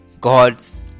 God's